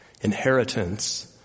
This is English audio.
inheritance